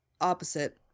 opposite